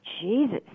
Jesus